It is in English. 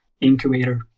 incubator